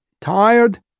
tired